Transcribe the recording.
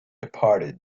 departed